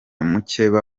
mukeba